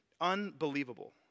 unbelievable